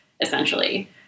essentially